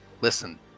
listen